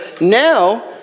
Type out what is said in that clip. now